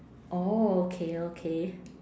orh okay okay